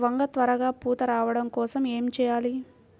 వంగ త్వరగా పూత రావడం కోసం ఏమి చెయ్యాలి?